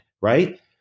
right